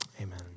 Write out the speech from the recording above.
Amen